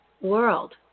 world